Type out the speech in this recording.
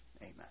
amen